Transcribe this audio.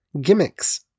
gimmicks